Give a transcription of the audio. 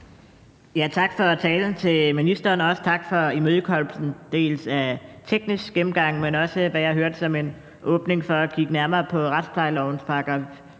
Tak for talen til ministeren, og også tak for imødekommelsen dels af en teknisk gennemgang, dels af, hvad jeg hørte som en åbning for at kigge nærmere på retsplejelovens §